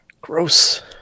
Gross